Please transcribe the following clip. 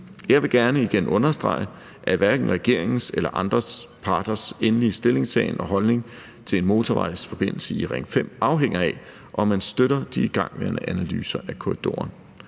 Jeg vil gerne igen understrege, at hverken regeringens eller andre parters endelige stillingtagen og holdning til en motorvejsforbindelse i Ring 5 afhænger af, om man støtter de igangværende analyser af korridoren.